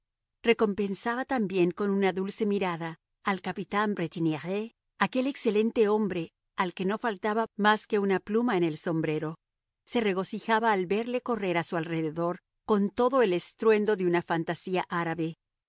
recompensaba también con una dulce mirada al capitán bretignires aquel excelente hombre al que no faltaba más que una pluma en el sombrero se regocijaba al verle correr a su alrededor con todo el estruendo de una fantasía árabe